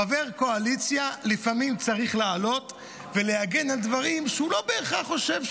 חבר קואליציה לפעמים צריך לעלות ולהגן על דברים שהוא לא בהכרח חושב,